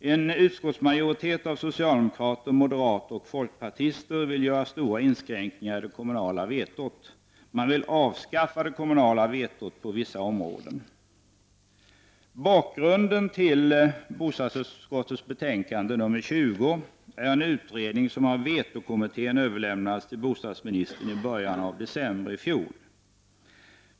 En utskottsmajo ritet bestående av socialdemokrater, moderater och folkpartister vill göra stora inskränkningar i det kommunala vetot. Man vill avskaffa det kommunala vetot på vissa områden. Bakgrunden till utskottets betänkande BoU20 är en utredning som av vetokommittén överlämnades till bostadsministern i början av december i fjol.